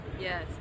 Yes